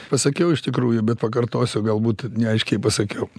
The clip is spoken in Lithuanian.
pasakiau iš tikrųjų bet pakartosiu galbūt neaiškiai pasakiau